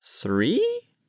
three